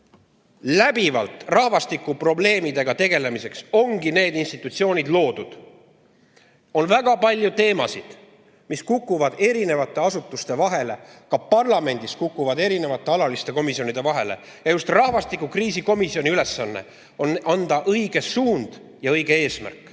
nimelt rahvastikuprobleemidega tegelemiseks ongi need institutsioonid loodud. On väga palju teemasid, mis kukuvad eri asutuste vahele, parlamendis eri alaliste komisjonide vahele, ent just rahvastikukriisi komisjoni ülesanne on anda kätte õige suund ja seada õige eesmärk. Võib